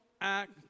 act